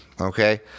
Okay